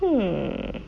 mm